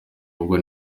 ahubwo